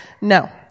No